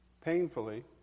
painfully